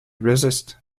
resist